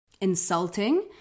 insulting